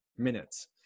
minutes